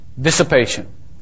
Dissipation